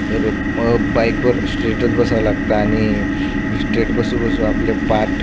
तर बाईकवर स्ट्रेटच बसावं लागतं आणि स्ट्रेट बसू बसू आपली पाट